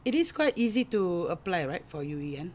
it is quite easy to apply right for U_E_N